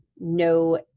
no